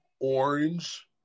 orange